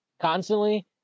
constantly